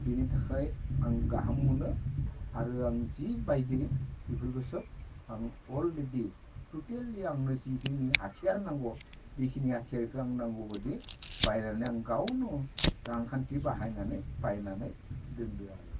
बिनि थाखाय आं गाहाम मोनो आरो आं जि बायदो बेफोरखो सोब आं अलरिडि टटेलि आंनो जिखिनि हाथियार नांगौ बेखिनि हाथियारखो आं नांगौ बायदि बायनानै आं गावनो रांखान्थि बाहायनानै बायनानै दोन्दो आरो